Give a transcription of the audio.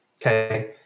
okay